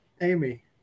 Amy